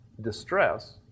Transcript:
distress